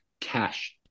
cash